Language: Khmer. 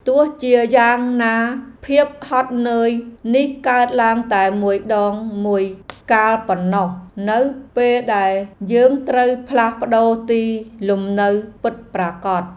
ទោះជាយ៉ាងណាភាពហត់នឿយនេះកើតឡើងតែមួយដងមួយកាលប៉ុណ្ណោះនៅពេលដែលយើងត្រូវផ្លាស់ប្ដូរទីលំនៅពិតប្រាកដ។